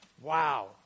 Wow